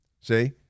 See